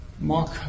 Mark